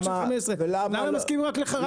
רק של 15. לנו הם מסכימים רק לעשרה קילו וואט.